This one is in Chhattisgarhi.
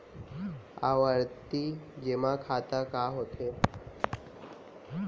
आवर्ती जेमा खाता का होथे?